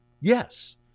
Yes